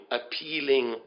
appealing